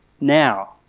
now